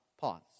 Pause